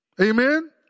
Amen